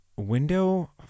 window